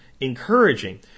encouraging